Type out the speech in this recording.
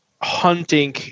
hunting